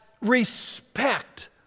respect